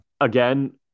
again